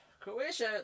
Croatia